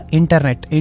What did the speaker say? internet